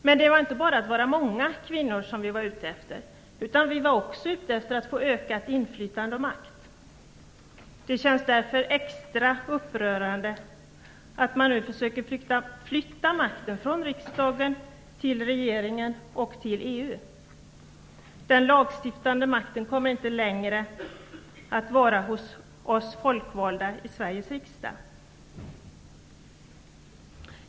Men vi var inte bara ute efter att vara många kvinnor, utan vi var också ute efter att få ökat inflytande och makt. Det känns därför extra upprörande att man nu försöker flytta makten från riksdagen till regeringen och EU. Den lagstiftande makten kommer inte längre att vara hos oss folkvalda i Sveriges riksdag.